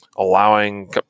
Allowing